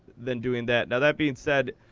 than doing that. now, that being said,